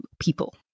people